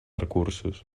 recursos